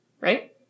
Right